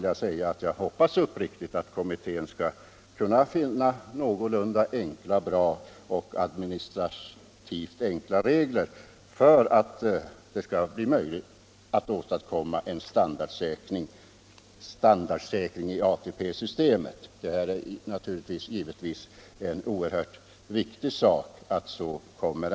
Jag hoppas uppriktigt att kommittén skall kunna finna någorlunda goda och administrativt enkla regler, som möjliggör en standardsäkring inom ATP-systemets ram. Det är naturligtvis oerhört viktigt att så sker.